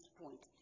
point